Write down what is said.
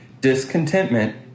Discontentment